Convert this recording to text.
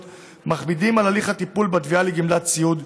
מכבידים על הליך הטיפול בתביעה לגמלת סיעוד,